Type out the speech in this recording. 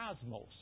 cosmos